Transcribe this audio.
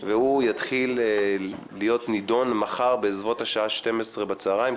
והוא יתחיל להיות נדון מחר בסביבות השעה 12:00 בצוהריים,